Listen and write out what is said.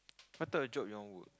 what type of job you want work